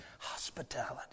Hospitality